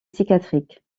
psychiatriques